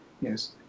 yes